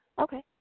Okay